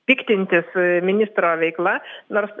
piktintis ministro veikla nors